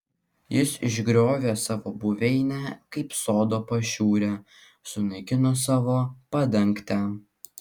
jis išgriovė savo buveinę kaip sodo pašiūrę sunaikino savo padangtę